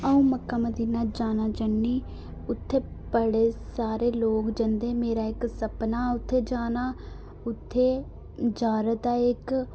आंऊ Mecca Medina जाना चाह्न्नीं उत्थै बड़े सारे लोक जंदे मेरा इक सपना उत्थै जाना उत्थै जियारत ऐ इक